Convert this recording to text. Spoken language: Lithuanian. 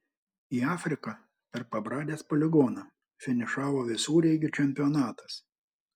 į afriką per pabradės poligoną finišavo visureigių čempionatas